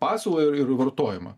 pasiūlą ir ir vartojimą